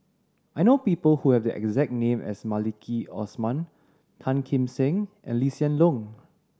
I know people who have the exact name as Maliki Osman Tan Kim Seng and Lee Hoon Leong